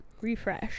refresh